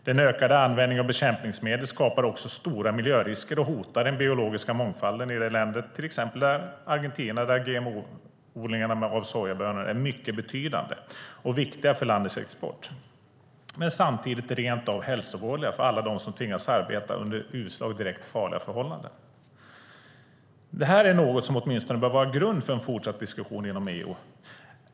Den ökade användningen av bekämpningsmedel skapar också stora miljörisker och hotar den biologiska mångfalden i de länder, till exempel Argentina, där GMO-odlingarna av sojabönor är mycket betydande och viktiga för landets export. De är samtidigt rent av hälsovådliga för alla dem som tvingas arbeta under usla och direkt farliga förhållanden. Det här är något som åtminstone bör vara grund för en fortsatt diskussion inom EU.